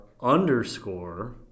underscore